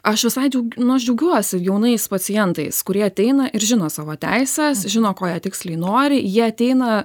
aš visai nu aš džiaugiuosi jaunais pacientais kurie ateina ir žino savo teises žino ko jie tiksliai nori jie ateina